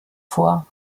vor